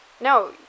No